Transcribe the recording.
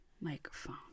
microphone